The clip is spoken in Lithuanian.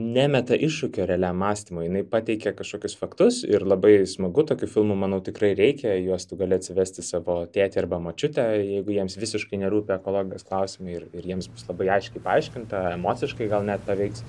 nemeta iššūkio realiam mąstymui jinai pateikia kažkokius faktus ir labai smagu tokių filmų manau tikrai reikia į juos tu gali atsivesti savo tėtį arba močiutę jeigu jiems visiškai nerūpi ekologijos klausimai ir ir jiems bus labai aiškiai paaiškinta emociškai gal net paveiks